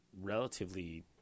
relatively